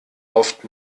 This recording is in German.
oft